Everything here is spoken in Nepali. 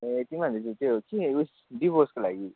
ए तिनीहरूले चाहिँ के उस डिभोर्सको लागि